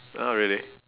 not really